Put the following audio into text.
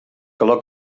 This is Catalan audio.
calor